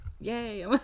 Yay